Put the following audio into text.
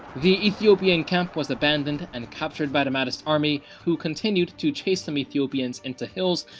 the ethiopian camp was abandoned and captured by the mahdist army, who continued to chase some ethiopians into hills,